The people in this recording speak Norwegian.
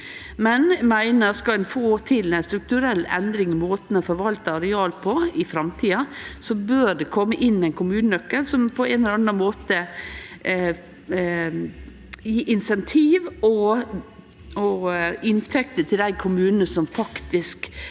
at skal ein få til ei strukturell endring i måten ein forvaltar areal på i framtida, bør det kome inn ein kommunenøkkel som på ein eller annan måte gjev insentiv og inntekter til dei kommunane som faktisk